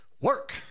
work